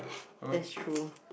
that's true